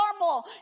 normal